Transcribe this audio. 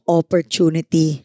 opportunity